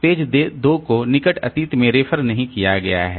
page 2 को निकट अतीत में रेफर नहीं किया गया है